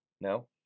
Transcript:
No